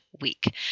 week